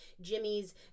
jimmy's